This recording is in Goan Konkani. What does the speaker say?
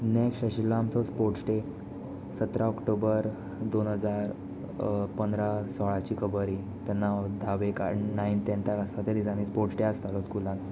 नेक्स्ट आशिल्लो आमचो स्पोट्स डे सतरा ऑक्टोबर दोन हजार पंदरा सोळाची खबर ही तेन्ना हांव धावेक काय नायंत टेंताक आसलो त्या दिसांनी स्पोट्स डे आसतालो स्कुलान